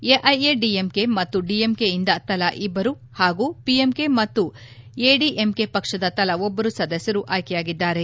ಎಐಎಡಿಎಂಕೆ ಮತ್ತು ಡಿಎಂಕೆ ಯಿಂದ ತಲಾ ಇಬ್ಲರು ಹಾಗೂ ಪಿಎಂಕೆ ಮತ್ತು ಎಡಿಎಂಕೆ ಪಕ್ಷದ ತಲಾ ಒಬ್ಲರು ಸದಸ್ನ ಆಯ್ಲೆಯಾಗಿದ್ದಾರೆ